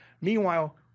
Meanwhile